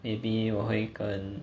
maybe 我会跟